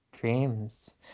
Dreams